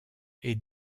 est